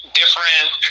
different